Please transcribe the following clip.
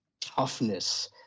toughness